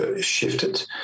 shifted